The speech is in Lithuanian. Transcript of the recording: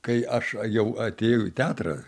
kai aš jau atėjau į teatrą